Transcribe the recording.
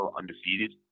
undefeated